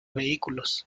vehículos